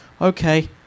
Okay